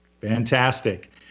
Fantastic